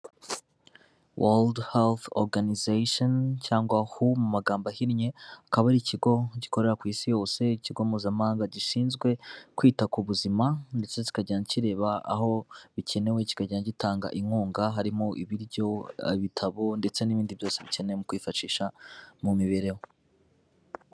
Wold hauve organizaition cyangwa ho mu magambo ahinnye akaba ari ikigo gikorera ku isi yose ikigo mpuzamahanga gishinzwe kwita ku buzima ndetse zikajya kireba aho bikenewe kikajya gitanga inkunga harimo ibiryo ibitabo ndetse n'ibindi byose bikenewe mu kwifashisha mu mibereho.